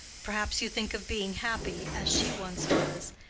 perhaps you think of being happy, as she once was,